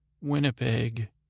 Winnipeg